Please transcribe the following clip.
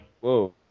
Whoa